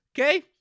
Okay